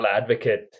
advocate